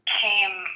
came